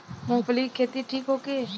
मूँगफली के खेती ठीक होखे?